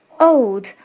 old